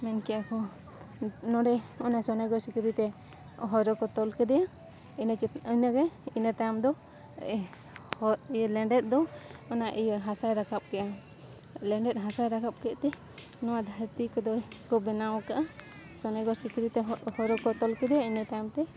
ᱢᱮᱱ ᱠᱮᱜ ᱟᱠᱚ ᱱᱚᱰᱮ ᱚᱱᱟ ᱥᱚᱱᱮᱜᱚᱲ ᱥᱤᱠᱲᱤᱛᱮ ᱦᱚᱨᱚ ᱠᱚ ᱛᱚᱞ ᱠᱮᱫᱮᱭᱟ ᱤᱱᱟᱹ ᱪᱤᱠᱟᱹ ᱤᱱᱟᱹᱜᱮ ᱤᱱᱟᱹ ᱛᱟᱭᱚᱢ ᱫᱚ ᱦᱚ ᱤᱭᱟᱹ ᱞᱮᱸᱰᱮᱫ ᱫᱚ ᱚᱱᱟ ᱤᱭᱟᱹ ᱦᱟᱥᱟᱭ ᱨᱟᱠᱟᱵ ᱠᱮᱜᱼᱟ ᱞᱮᱸᱰᱮᱫ ᱦᱟᱥᱟᱭ ᱨᱟᱠᱟᱵ ᱠᱮᱫ ᱛᱮ ᱱᱚᱣᱟ ᱫᱷᱟᱹᱨᱛᱤ ᱠᱚᱫᱚ ᱠᱚ ᱵᱮᱱᱟᱣ ᱠᱟᱜᱼᱟ ᱥᱚᱱᱮᱜᱚᱲ ᱥᱤᱠᱨᱤ ᱛᱮ ᱦᱚᱜ ᱦᱚᱨᱚ ᱠᱚ ᱛᱚᱞ ᱠᱮᱫᱮᱭᱟ ᱤᱱᱟᱹ ᱛᱟᱭᱚᱢ ᱛᱮ